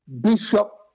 bishop